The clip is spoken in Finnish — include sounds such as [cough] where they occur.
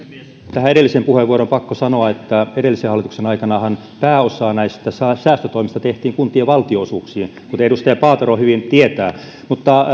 tähän edelliseen puheenvuoroon on pakko sanoa että edellisen hallituksen aikanahan pääosa näistä säästötoimista tehtiin kuntien valtionosuuksiin kuten edustaja paatero hyvin tietää mutta [unintelligible]